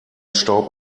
staub